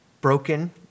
Broken